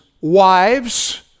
wives